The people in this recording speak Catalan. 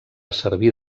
servir